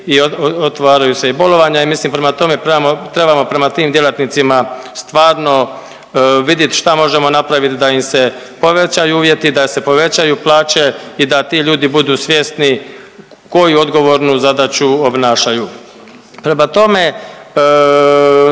i otvaraju se i bolovanja i mislim, prema tome, trebamo prema tim djelatnicima stvarno vidjeti šta možemo napraviti da im se povećaju uvjeti, da se povećaju plaće i da ti ljudi budu svjesni koju odgovornu zadaću obnašaju. Prema tome,